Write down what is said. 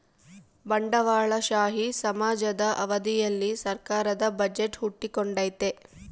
ಬಂಡವಾಳಶಾಹಿ ಸಮಾಜದ ಅವಧಿಯಲ್ಲಿ ಸರ್ಕಾರದ ಬಜೆಟ್ ಹುಟ್ಟಿಕೊಂಡೈತೆ